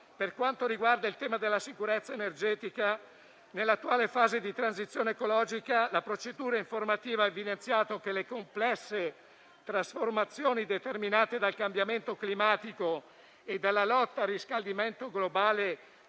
Per quanto riguarda il tema della sicurezza energetica, nell'attuale fase di transizione ecologica la procedura informativa ha evidenziato che le complesse trasformazioni determinate dal cambiamento climatico e dalla lotta al riscaldamento globale,